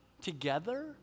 together